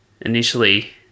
initially